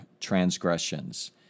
transgressions